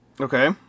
Okay